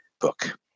book